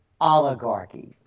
oligarchy